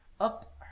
up